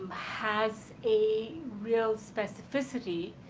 has a real specificity